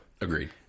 Agreed